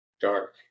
Dark